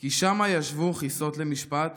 כי שמה ישבו כסאות למשפט,